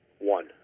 One